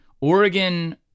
Oregon